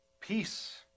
peace